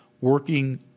working